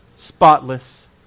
Spotless